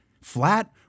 flat